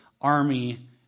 army